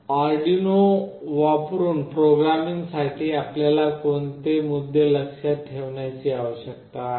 Arduino वापरून programming साठी आपल्याला कोणते मुद्दे लक्षात ठेवण्याची आवश्यकता आहे